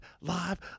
live